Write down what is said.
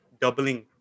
doubling